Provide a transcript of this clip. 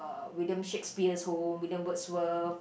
uh William-Shakespeare's home William-Wordsworth